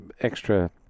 extra